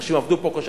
אנשים עבדו פה קשה,